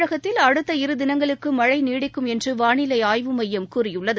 தமிழகத்தில் அடுத்த இருதினங்களுக்குமழைநீடிக்கும் எனறுவானிலைஆய்வு எமயம் கூறியுள்ளது